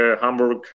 Hamburg